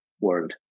world